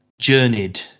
journeyed